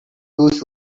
those